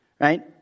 right